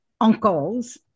uncles